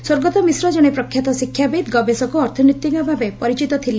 ସ୍ୱର୍ଗତ ମିଶ୍ର ଜଣେ ପ୍ରଖ୍ୟାତ ଶିକ୍ଷାବିତ୍ ଗବେଷକ ଓ ଅର୍ଥନୀତି ଭାବେ ପରିଚିତ ଥିଲେ